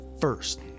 first